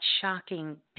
shocking